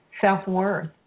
self-worth